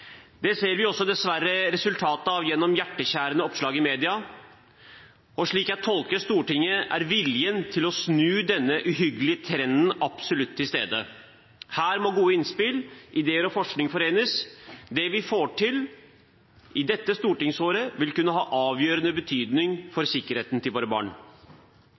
Det ser vi dessverre også resultatet av gjennom hjerteskjærende oppslag i media. Slik jeg tolker Stortinget, er viljen til å snu denne uhyggelige trenden absolutt til stede. Her må gode innspill, ideer og forskning forenes. Det vi får til i dette stortingsåret, vil kunne ha avgjørende betydning for sikkerheten til våre barn.